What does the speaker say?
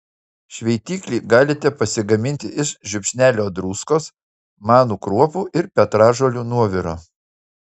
šveitiklį galite pasigaminti iš žiupsnelio druskos manų kruopų ir petražolių nuoviro